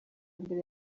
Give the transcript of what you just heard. mbere